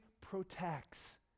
protects